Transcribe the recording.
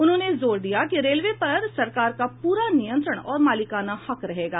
उन्होंने जोर दिया कि रेलवे पर सरकार का पूरा नियंत्रण और मालिकाना हक रहेगा